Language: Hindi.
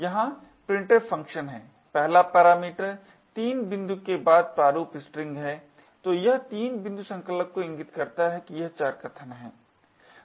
यहां printf फ़ंक्शन है पहला पैरामीटर 3 बिंदु के बाद प्रारूप स्ट्रिंग है तो यह 3 बिंदु संकलक को इंगित करता है कि यह चर कथन है